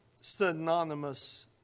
synonymous